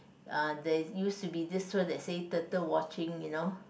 uh there used to be this tour that say turtle watching you know